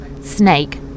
snake